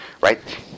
Right